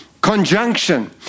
conjunction